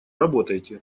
работайте